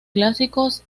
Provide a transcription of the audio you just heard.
clásicos